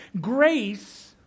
Grace